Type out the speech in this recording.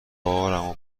بارمو